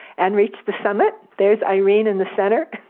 and reached the summit. there's irene in the center,